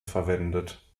verwendet